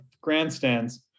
grandstands